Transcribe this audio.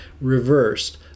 reversed